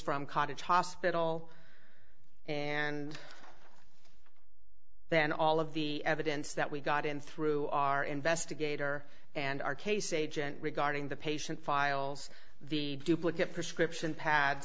from cottage hospital and then all of the evidence that we got in through our investigator and our case agent regarding the patient files the duplicate prescription pad